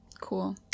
Cool